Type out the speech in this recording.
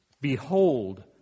Behold